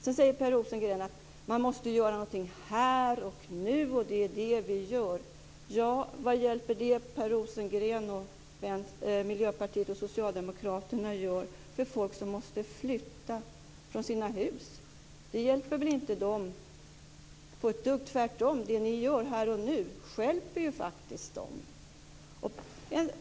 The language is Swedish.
Sedan säger Per Rosengren att man måste göra någonting här och nu och att det är det majoriteten gör. Ja, vad hjälper det som Per Rosengren, Miljöpartiet och Socialdemokraterna gör för folk som måste flytta från sina hus? Det hjälper väl inte dem ett dugg - tvärtom. Det ni gör här och nu stjälper dem ju.